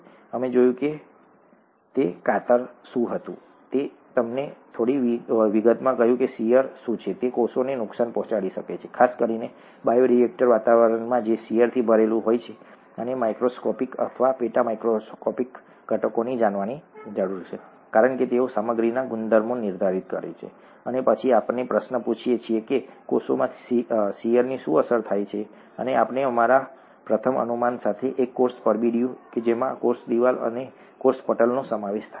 અમે જોયું કે કાતર શું હતું મેં તમને થોડી વિગતમાં કહ્યું કે શીયર શું છે અને તે કોષોને નુકસાન પહોંચાડી શકે છે ખાસ કરીને બાયોરિએક્ટર વાતાવરણમાં જે શીયરથી ભરેલું હોય છે અને માઇક્રોસ્કોપિક અથવા પેટા માઇકોસ્કોપિક ઘટકોને જાણવાની જરૂર છે કારણ કે તેઓ સામગ્રીના ગુણધર્મો નિર્ધારિત કરે છે અને પછી આપણે પ્રશ્ન પૂછીએ છીએ કે કોષોમાં શીયરથી શું અસર થાય છે અને આપણે અમારા પ્રથમ અનુમાન સાથે એક કોષ પરબિડીયું જેમાં કોષ દિવાલ અને કોષ પટલનો સમાવેશ થાય છે